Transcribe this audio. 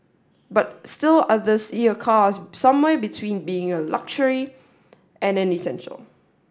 but still others see a car as somewhere between being a luxury and an essential